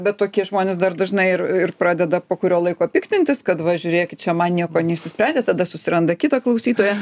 bet tokie žmonės dar dažnai ir ir pradeda po kurio laiko piktintis kad va žiūrėkit čia man nieko neišsprendė tada susiranda kitą klausytoją